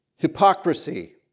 Hypocrisy